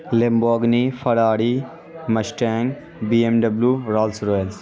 Lamborghini Ferrari mustang BMW Rolls Royce